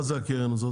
מה זאת הקרן הזאת?